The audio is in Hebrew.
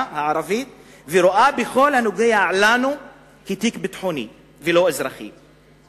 הערבית ורואה בכל הנוגע לנו תיק ביטחוני ולא אזרחי,